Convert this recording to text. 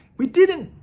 we didn't,